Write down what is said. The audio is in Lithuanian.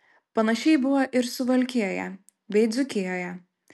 panašiai buvo ir suvalkijoje bei dzūkijoje